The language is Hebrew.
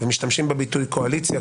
ומשתמשים בביטוי קואליציה,